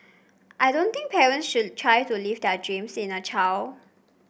I don't think parents should try to live their dreams in a child